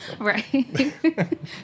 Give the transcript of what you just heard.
Right